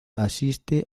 asiste